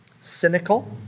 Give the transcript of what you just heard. Cynical